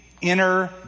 inner